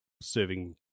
serving